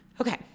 Okay